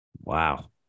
Wow